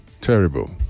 Terrible